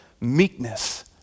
meekness